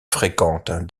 fréquente